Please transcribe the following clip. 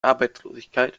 arbeitslosigkeit